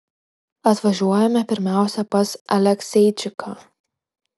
atvažiuojame pirmiausia pas alekseičiką